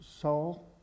Saul